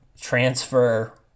transfer